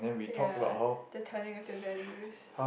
ya the telling of the valley wish